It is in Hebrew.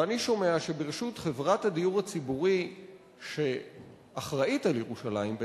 ואני שומע שברשות חברת הדיור הציבורי שאחראית לירושלים,